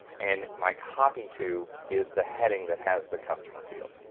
and my copy to is the heading that has the customer field,